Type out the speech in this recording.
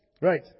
Right